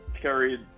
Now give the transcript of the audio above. carried